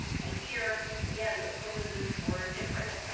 and here, again, the poses were different.